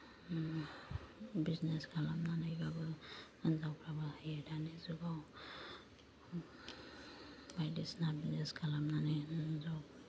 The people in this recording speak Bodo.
बिजनेस खालामनानैबाबो हिनजावफ्राबो हायो दानि जुगाव बायदिसिना बिजनेस खालामनानै हिनजाव